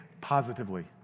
positively